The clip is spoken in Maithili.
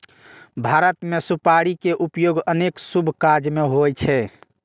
भारत मे सुपारी के उपयोग अनेक शुभ काज मे होइ छै